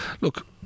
look